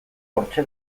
hortxe